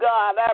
God